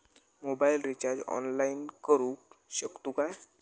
Mobile recharge online करुक शकतू काय?